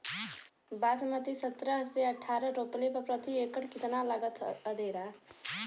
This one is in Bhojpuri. बासमती सत्रह से अठारह रोपले पर प्रति एकड़ कितना लागत अंधेरा?